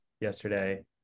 yesterday